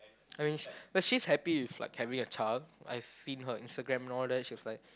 I mean but she's happy with like having a child I've seen her Instagram loh then she's like